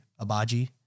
Abaji